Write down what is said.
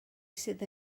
sydd